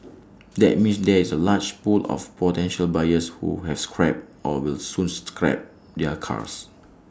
that means there is A large pool of potential buyers who have scrapped or will soon scrap their cars